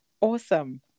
Awesome